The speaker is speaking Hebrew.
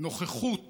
לנוכחות